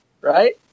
Right